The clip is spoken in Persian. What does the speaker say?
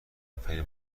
نفری